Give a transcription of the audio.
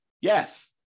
Yes